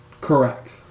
Correct